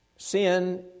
Sin